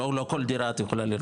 לא כל דירה את יכולה לרכוש.